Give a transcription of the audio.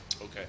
Okay